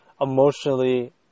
emotionally